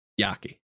Yaki